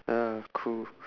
ya cool